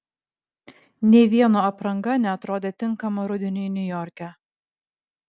nė vieno apranga neatrodė tinkama rudeniui niujorke